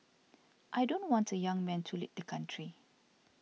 I don't want a young man to lead the country